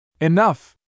Enough